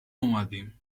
اومدیم